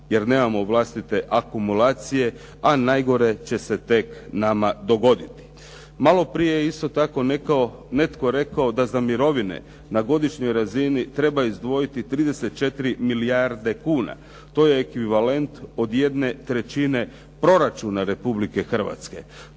jer nemamo vlastite akumulacije a najgore će se tek nama dogoditi. Malo prije je isto tako netko rekao da za mirovine na godišnjoj razini treba izdvojiti 34 milijarde kuna. To je ekvivalent od 1/3 proračuna Republike Hrvatske.